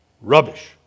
rubbish